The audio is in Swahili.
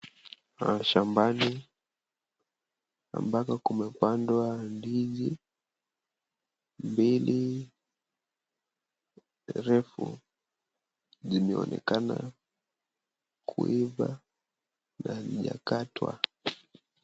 Shambani ambako kumepandwa ndizi mbili refu zimeonekana kuiva na hazijakatwa.